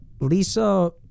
Lisa